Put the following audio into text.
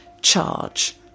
charge